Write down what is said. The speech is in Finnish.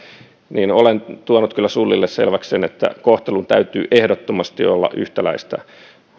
olen tuonut kyllä sulille selväksi sen että kohtelun täytyy ehdottomasti olla yhtäläistä